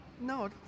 No